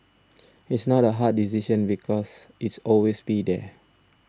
it's not a hard decision because it's always be there